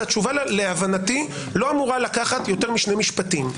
והתשובה להבנתי לא אמורה לקחת יותר משני משפטים.